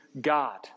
God